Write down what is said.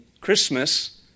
Christmas